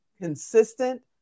consistent